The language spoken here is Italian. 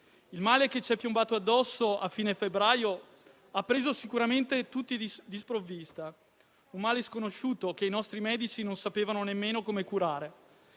Il male che ci è piombato addosso a fine febbraio ha preso sicuramente tutti alla sprovvista; era un male sconosciuto, che i nostri medici non sapevano nemmeno come curare.